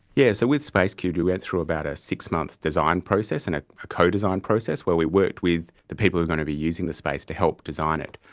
yes, so with spacecubed we went through about a six-month designed process and a codesign process where we worked with the people who were going to be using the space to help design it.